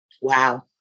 Wow